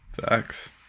Facts